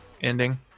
ending